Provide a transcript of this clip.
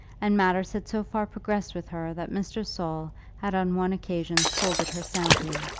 and matters had so far progressed with her that mr. saul had on one occasion scolded her soundly.